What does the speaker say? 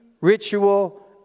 ritual